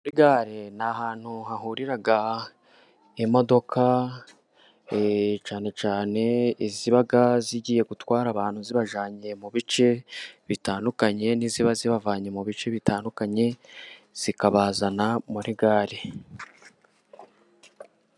Muri gare ni ahantu hahurira imodoka, cyane cyane iziba zigiye gutwara abantu, zibajyanye mu bice bitandukanye n'iziba zibavanye mu bice bitandukanye, zikabazana muri gare.